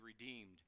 redeemed